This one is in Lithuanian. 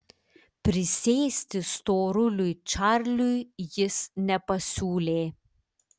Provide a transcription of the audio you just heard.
prisėsti storuliui čarliui jis nepasiūlė